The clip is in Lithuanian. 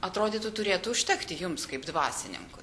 atrodytų turėtų užtekti jums kaip dvasininkui